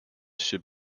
should